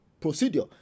procedure